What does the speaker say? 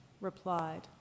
replied